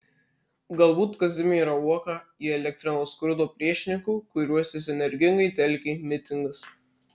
galbūt kazimierą uoką įelektrino skurdo priešininkų kuriuos jis energingai telkė mitingas